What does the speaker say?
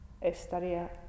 estaría